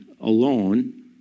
alone